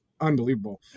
unbelievable